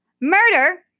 Murder